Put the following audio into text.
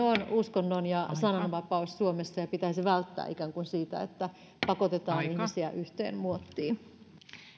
on uskonnon ja sananvapaus suomessa ja pitäisi välttää ikään kuin sitä että pakotetaan ihmisiä yhteen muottiin